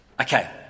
Okay